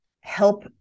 help